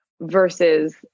versus